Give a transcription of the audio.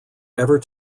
ever